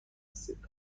هستید